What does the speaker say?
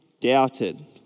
doubted